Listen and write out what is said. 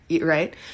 right